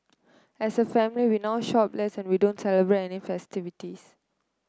as a family we now shop less and we don't celebrate any festivities